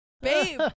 babe